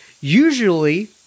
usually